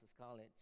College